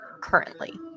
currently